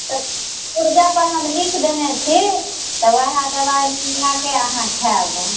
तऽ पुर्जापर हम लिखि देने छी तऽ उएह दवाइ मङ्गबा कऽ अहाँ खायब